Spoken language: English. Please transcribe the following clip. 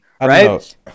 right